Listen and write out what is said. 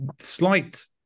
Slight